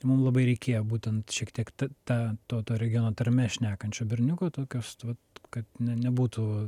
tai mum labai reikėjo būtent šiek tiek t ta to regiono tarme šnekančio berniuko tokio s vat kad ne nebūtų